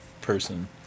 person